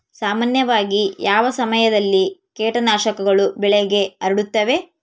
ಸಾಮಾನ್ಯವಾಗಿ ಯಾವ ಸಮಯದಲ್ಲಿ ಕೇಟನಾಶಕಗಳು ಬೆಳೆಗೆ ಹರಡುತ್ತವೆ?